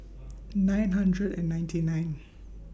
nine hundred and ninety nine